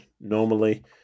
normally